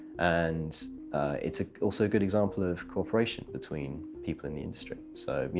and it's ah also a good example of cooperation between people in the industry. so, you